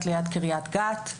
ליד קריית גת.